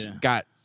Got